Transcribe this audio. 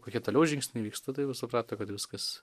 kokie toliau žingsniai vyksta tai jau suprato kad viskas